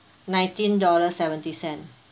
nineteen dollar seventy cents